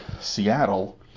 Seattle